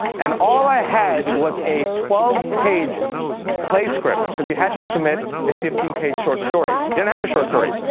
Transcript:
and all i had was a twelve page play script, because you had to submit a fifteen page short story. i didn't have a short story.